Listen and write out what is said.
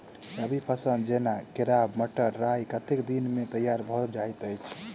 रबी फसल जेना केराव, मटर, राय कतेक दिन मे तैयार भँ जाइत अछि?